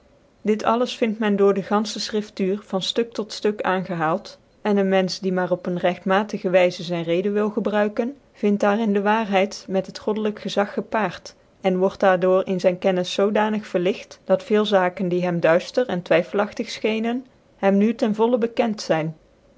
dit alles vind men door lc ganfche schriftuur van ruk tot fuik aangehaalt en een menfeh die maar op een regtmat gc wyzc zvn reden wil g c bnnkcn vint daar in de waarheid met het goddelyk gezag gepaart en word daar door in zyn kennis zoodanig verligt dat veel zaken die hem duifter en twvrm gtig fchecnen hem nu te vollen bekent zyn